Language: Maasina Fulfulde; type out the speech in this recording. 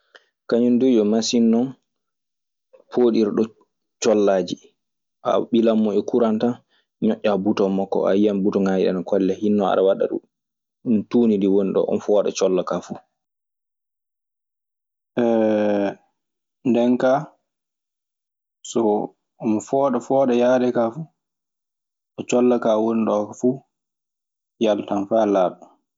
Kañun duu yo masin pooɗirɗo collaaji a ɓilan mo e kuran tan, ñoƴƴaa buton makko a yiyan butongaaji ɗii ana golla. hinno aɗa waɗa ɗo tuundi ndi woni ɗo, hinno omo fooɗa collakaa fuu. Nden kaa so omo fooɗa fooɗa yaade kaa fu, ɗo colla kaa woni ɗoo fu yaltan faa laaɓa.